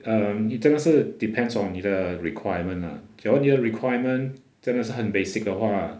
mm 你这个是 depends on 你的 requirement ah 你的 requirement 真的是很 basic 的话